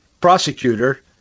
prosecutor